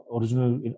original